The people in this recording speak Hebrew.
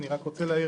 אני רוצה להעיר